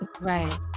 right